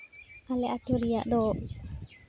ᱟᱞᱮ ᱟᱹᱛᱩ ᱨᱮᱭᱟᱜ ᱫᱚ